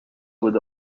with